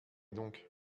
donc